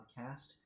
podcast